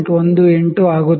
18 ಆಗುತ್ತದೆ